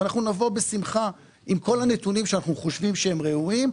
ואז נבוא בשמחה עם כל הנתונים שאנחנו חושבים שהם ראויים.